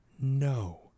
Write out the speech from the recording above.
no